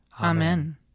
Amen